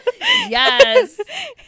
yes